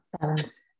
balance